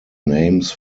names